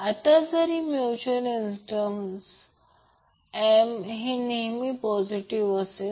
आता जरी mutual inductance M हे नेहमी पॉजिटिव असेल